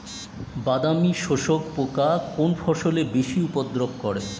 বাদামি শোষক পোকা কোন ফসলে বেশি উপদ্রব করে?